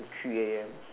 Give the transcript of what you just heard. to three A_M